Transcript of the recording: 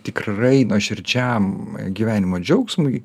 tikrai nuoširdžiam gyvenimo džiaugsmui